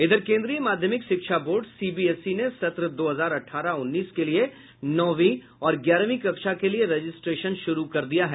इधर केन्द्रीय माध्यमिक शिक्षा बोर्ड सीबीएसई ने सत्र दो हजार अठारह उन्नीस के लिए नौवीं और ग्यारहवीं कक्षा के लिए रजिस्ट्रेशन शुरू कर दिया है